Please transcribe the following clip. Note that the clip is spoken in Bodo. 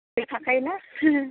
बेयाव थाखायोना